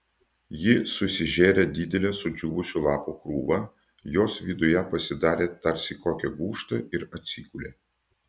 ji susižėrė didelę sudžiūvusių lapų krūvą jos viduje pasidarė tarsi kokią gūžtą ir atsigulė